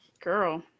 girl